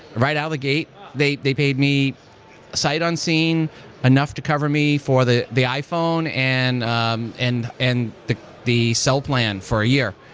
right out of the gate. they they paid me sight on scene enough to cover me for the the iphone and um and and the the cell plan for a year.